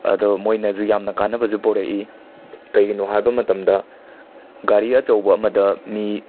ꯑꯗꯣ ꯃꯣꯏꯅꯁꯨ ꯌꯥꯝꯅ ꯀꯥꯟꯅꯕꯁꯨ ꯄꯨꯔꯛꯏ ꯀꯩꯒꯤꯅꯣ ꯍꯥꯏꯕ ꯃꯇꯝꯗ ꯒꯥꯔꯤ ꯑꯆꯧꯕ ꯑꯃꯗ ꯃꯤ